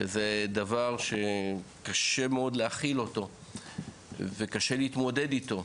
שזה דבר שקשה מאוד להכיל אותו וקשה להתמודד איתו.